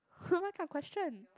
what kind of question